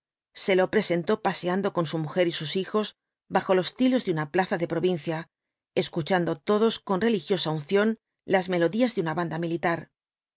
se lo representó paseando con su mujer y sus hijos bajo los tilos de una plaza de provincia escuchando todos con religiosa unción las melodías de una banda militar